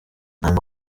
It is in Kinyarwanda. mugabo